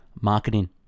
Marketing